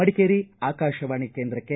ಮಡಿಕೇರಿ ಆಕಾಶವಾಣಿ ಕೇಂದ್ರಕ್ಕೆ